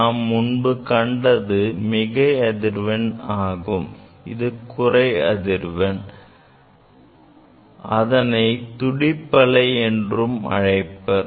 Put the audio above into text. நாம் முன்பு கண்டது மிகை அதிர்வெண் ஆகும் இது குறை அதிர்வெண் இதனை துடிப்பலை எண் என்றும் அழைப்பர்